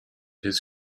his